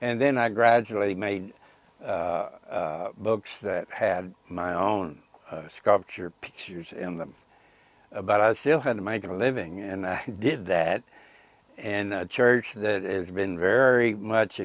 and then i gradually made books that had my own sculpture pictures in them about i still had to make a living and i did that and a church that has been very much